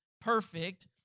perfect